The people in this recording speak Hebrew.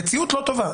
המציאות לא טובה.